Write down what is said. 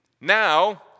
now